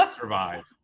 survive